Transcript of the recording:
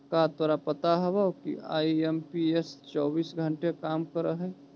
का तोरा पता हवअ कि आई.एम.पी.एस चौबीस घंटे काम करअ हई?